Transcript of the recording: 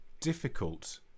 difficult